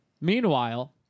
Meanwhile